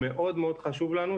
הוא מאוד חשוב לנו.